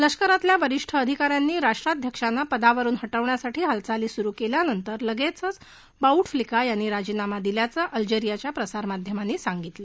लष्करातल्या वरिष्ठ अधिकाऱ्यांनी राष्ट्राध्यक्षांना पदावरून ह विण्यासाठी हालचाली सुरु केल्यावर लगेचच बाऊ फ्लिका यांनी राजीनामा दिला असं अल्जेरियाच्या प्रसारमाध्यमांनी सांगितलं